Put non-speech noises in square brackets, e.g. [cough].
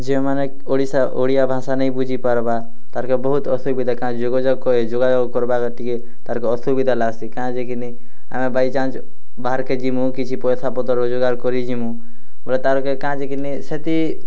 ଯେମାନେ ଓଡିଶା ଓଡ଼ିଆ ଭାଷା ନେଇଁ ବୁଝି ପାର୍ବା ତାରକେ ବୋହୁତ୍ ଅସୁବିଧା କାଁ ଯେ [unintelligible] କରି ଯୋଗାଯୋଗ୍ କର୍ବାକେ ଟିକେ ତାର୍କେ ଅସୁବିଧା ଲାଗ୍ସି କାଁ ଯେ କି ନେଇଁ ଆମେ ବାଇ ଚାନ୍ସ ବାହାର୍କେ ଯିମୁ କିଛି ପଇସା ପତର୍ ରୋଜଗାର୍ କରିଯିମୁ ପୁରା ତାର୍କେ କାଁ ଯେ କି ନେଇଁ ସେତି